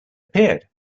appeared